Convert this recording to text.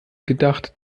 gedacht